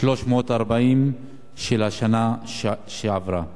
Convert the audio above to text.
340 של השנה שעברה.